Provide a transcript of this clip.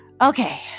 Okay